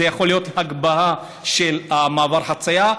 זה יכול להיות הגבהה של מעבר החציה,